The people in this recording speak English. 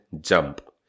jump